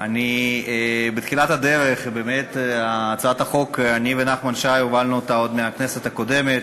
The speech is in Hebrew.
אני ונחמן שי הובלנו את הצעת החוק עוד בכנסת הקודמת.